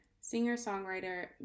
singer-songwriter